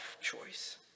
choice